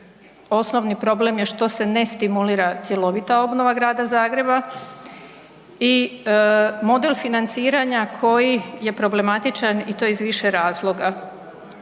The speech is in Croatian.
osnovni problem je što se ne stimulira cjelovita obnova Grada Zagreba i model financiranja koji je problematičan i to iz više razloga.